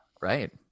right